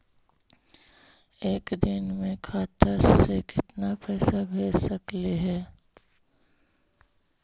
एक दिन में खाता से केतना पैसा भेज सकली हे?